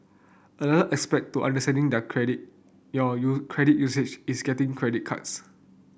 another aspect to understanding your credit your credit usage is getting credit cards